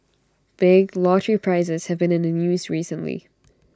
big lottery prizes have been in the news recently